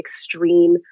extreme